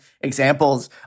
examples